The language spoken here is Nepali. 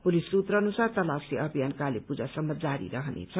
पुलिस सूत्र अनुसार तलाशी अभियान काली पूजासम्म जारी रहनेछ